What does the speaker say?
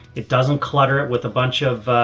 it doesn't clutter it with a bunch of, ah,